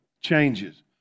changes